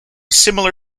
similar